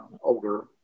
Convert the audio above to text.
older